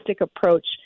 approach